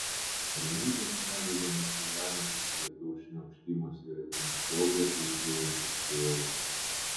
ramybės nedavė nesiliaujantis lietaus šniokštimas ir aplink stogą ūžaujantis vėjas